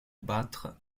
battre